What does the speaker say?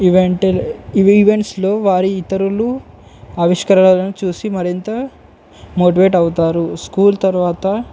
event ఇవి ఈవెంట్స్లో వారి ఇతరులు ఆవిష్కరలను చూసి మరింత మోటివేట్ అవుతారు స్కూల్ తర్వాత